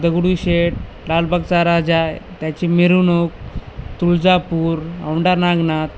दगडूशेठ लालबागचा राजा आहे त्याची मिरवणूक तुळजापूर औंढा नागनाथ